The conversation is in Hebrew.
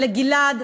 וכן לגלעד,